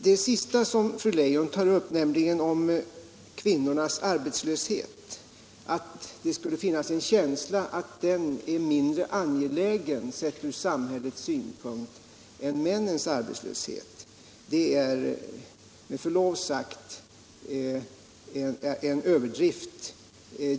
Fru Leijons påstående att det skulle finnas en känsla av att kvinnornas arbetslöshet är mindre angelägen, sedd från samhällets synpunkt, än männens är med förlov sagt en överdrift.